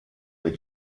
mit